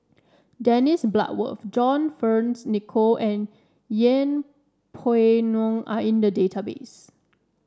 Dennis Bloodworth John Fearns Nicoll and Yeng Pway Ngon are in the database